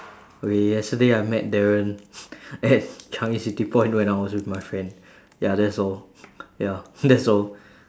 okay yesterday I met darren at changi city point when I was with my friend ya that's all ya that's all